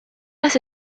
las